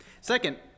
Second